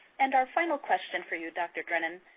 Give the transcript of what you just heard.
and our final question for you, dr. drennen.